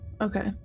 Okay